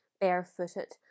bare-footed